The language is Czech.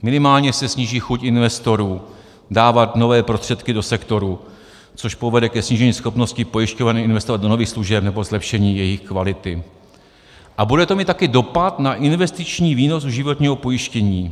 Minimálně se sníží chuť investorů dávat nové prostředky do sektoru, což povede ke snížení schopnosti pojišťoven investovat do nových služeb nebo zlepšení jejich kvality a bude to mít taky dopad na investiční výnos u životního pojištění.